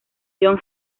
john